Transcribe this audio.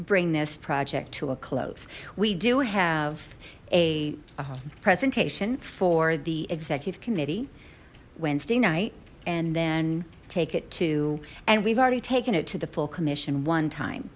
bring this project to a close we do have a presentation for the executive committee wednesday night and then take it to and we've already taken it to the full commission one time